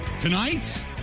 tonight